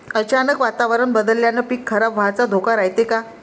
अचानक वातावरण बदलल्यानं पीक खराब व्हाचा धोका रायते का?